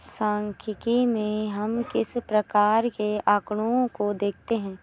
सांख्यिकी में हम किस प्रकार के आकड़ों को देखते हैं?